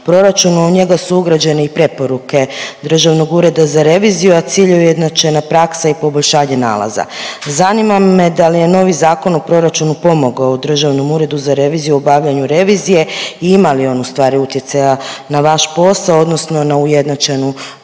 proračunu. U njega su ugrađene i preporuke Državnog ureda za reviziju, a cilj joj je ujednačena praksa i poboljšanje nalaza. Zanima me da li je novi Zakon o proračunu pomogao Državnom uredu za reviziju u obavljanju revizije i ima li on u stvari utjecaja na vaš posao, odnosno na ujednačenu